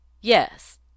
Yes